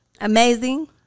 Amazing